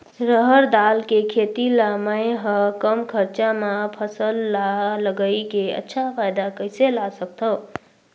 रहर दाल के खेती ला मै ह कम खरचा मा फसल ला लगई के अच्छा फायदा कइसे ला सकथव?